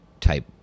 type